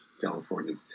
California